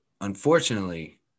Unfortunately